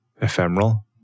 ephemeral